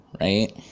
Right